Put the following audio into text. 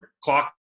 clock